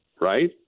right